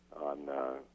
on